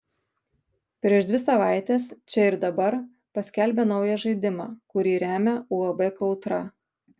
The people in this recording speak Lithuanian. prieš dvi savaites čia ir dabar paskelbė naują žaidimą kurį remia uab kautra